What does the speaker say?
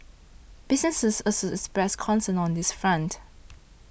businesses also expressed concern on this front